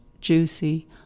juicy